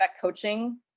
coaching